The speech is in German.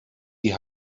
die